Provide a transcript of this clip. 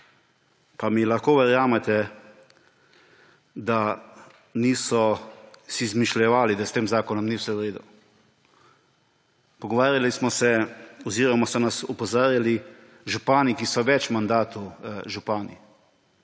pa mi lahko verjamete, da si niso izmišljevali, da s tem zakonom ni vse v redu. Pogovarjali smo se oziroma so nas opozarjali župani, ki so več mandatov župani.